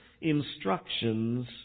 instructions